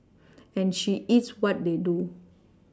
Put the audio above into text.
and she eats what they do